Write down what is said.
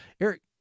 Eric